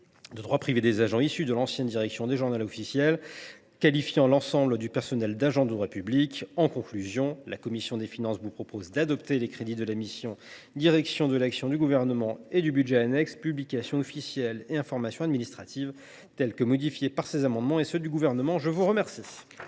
de droit privé des agents issus de l’ancienne direction des journaux officiels, qualifiant l’ensemble du personnel d’agents de droit public. Pour conclure, la commission des finances vous propose d’adopter les crédits de la mission « Direction de l’action du Gouvernement » et du budget annexe « Publications officielles et information administrative », tels que modifiés par ses amendements et ceux du Gouvernement. La parole